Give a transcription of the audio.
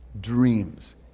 dreams